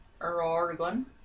Oregon